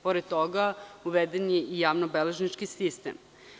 Pored toga, uveden je i javnobeležnički sistem.